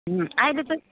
अहिले त